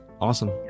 Awesome